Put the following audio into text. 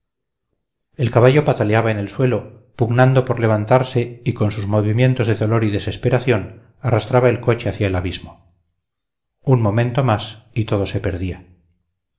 el caballo pataleaba en el suelo pugnando por levantarse y con sus movimientos de dolor y desesperación arrastraba el coche hacia el abismo un momento más y todo se perdía